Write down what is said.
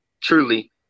truly